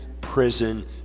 prison